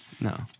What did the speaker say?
No